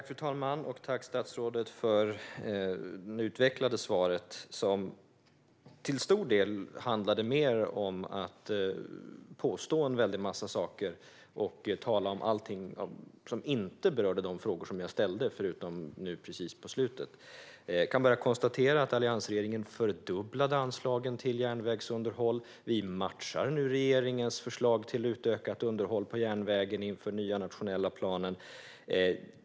Fru talman! Tack, statsrådet, för det utvecklade svaret! Det handlade dock mer om att påstå en massa saker och att tala om allt som inte berör de frågor jag ställde, förutom precis på slutet. Jag konstaterar att alliansregeringen fördubblade anslagen till järnvägsunderhåll. Och vi matchar nu regeringens förslag till utökat underhåll av järnvägen inför den nya nationella planen.